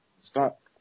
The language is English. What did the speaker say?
stop